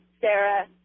Sarah